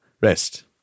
Rest